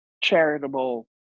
charitable